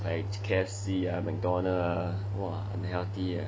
like K_F_C ah McDonalds ah !wah! unhealthy ah